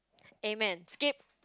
amen skip